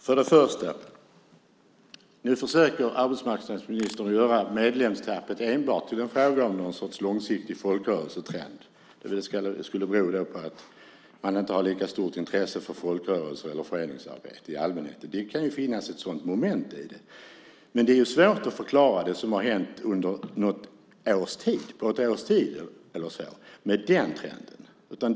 Herr talman! Nu försöker arbetsmarknadsministern göra medlemstappet enbart till en fråga om någon sorts långsiktig folkrörelsetrend, att det skulle bero på att man inte har lika stort intresse för folkrörelser eller föreningsarbete i allmänhet. Det kan finnas ett sådant moment i det, men det är svårt att förklara det som har hänt under något års tid eller så med den trenden.